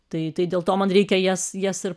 tai tai dėl to man reikia jas jas ir